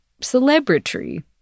celebrity